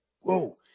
Whoa